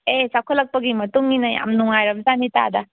ꯑꯦ ꯆꯥꯎꯈꯠꯂꯛꯄꯒꯤ ꯃꯇꯨꯡꯏꯟꯅ ꯌꯥꯝ ꯅꯨꯡꯉꯥꯏꯔꯕꯖꯥꯠꯅꯤ ꯇꯥꯗ